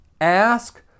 ask